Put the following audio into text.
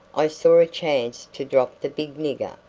i saw a chance to drop the big nigger,